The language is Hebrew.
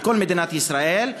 בכל מדינת ישראל,